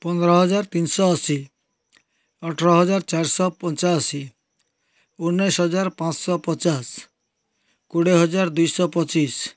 ପନ୍ଦର ହଜାର ତିନି ଶହ ଅଶୀ ଅଠର ହଜାର ଚାରି ଶହ ପଞ୍ଚାଅଶୀ ଉଣେଇଶି ହଜାର ପାଞ୍ଚ ଶହ ପଚାଶ କୋଡ଼ିଏ ହଜାର ଦୁଇ ଶହ ପଚିଶି